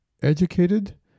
educated